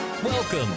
Welcome